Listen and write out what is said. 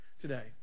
today